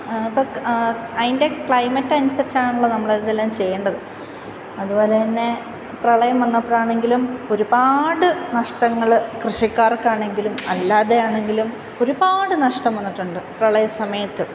ഇപ്പം അതിൻ്റെ ക്ലൈമറ്റ് അനുസരിച്ചാണല്ലോ നമ്മൾ ഇതെല്ലാം ചെയ്യേണ്ടത് അതുപോലെതന്നെ പ്രളയം വന്നപ്പോഴാണെങ്കിലും ഒരുപാട് നഷ്ടങ്ങൾ കൃഷിക്കാർക്കാണെങ്കിലും അല്ലാതെയാണെങ്കിലും ഒരുപാട് നഷ്ടം വന്നിട്ടുണ്ട് പ്രളയ സമയത്ത്